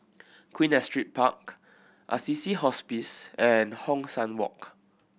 Queen Astrid Park Assisi Hospice and Hong San Walk